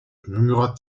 murmura